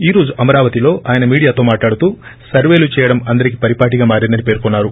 ఈ రోజు అమరావతిలో ఆయన మీడియాతో మాట్లాడుతూ సర్వేలు చేయడం అందరికి పరిపాటిగా మారిందని పేర్కొన్సారు